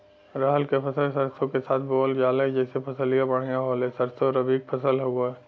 रहर क फसल सरसो के साथे बुवल जाले जैसे फसलिया बढ़िया होले सरसो रबीक फसल हवौ